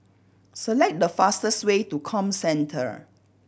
select the fastest way to Comcentre